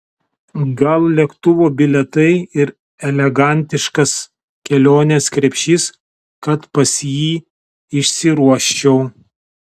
gal lėktuvo bilietai ir elegantiškas kelionės krepšys kad pas jį išsiruoščiau